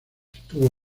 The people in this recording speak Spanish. estuvo